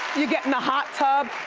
you get in the hot tub.